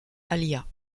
alia